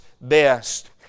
best